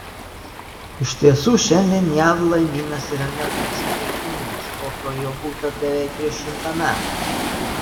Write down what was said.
iš tiesų šiandien jav laivynas yra ne toks skaitlingas kokio jo būta beveik prieš šimtą metų